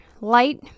light